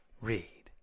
Read